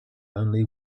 only